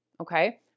Okay